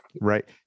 right